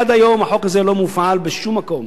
עד היום החוק הזה לא מופעל בשום מקום.